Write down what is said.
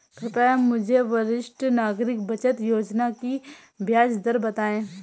कृपया मुझे वरिष्ठ नागरिक बचत योजना की ब्याज दर बताएं?